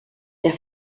der